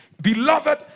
Beloved